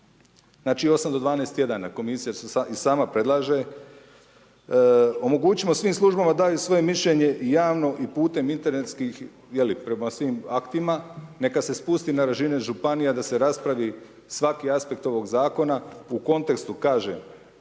znači 8 do 12 tjedana komisija se i sama predlaže. Omogućimo svim službama da daju svoje mišljenje i javno i putem internetskih, prema svim aktima, neka se spusti na razine županija da se raspravi svaki aspekt ovog zakona u kontekstu i